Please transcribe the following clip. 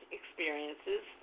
experiences